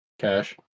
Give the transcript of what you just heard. cash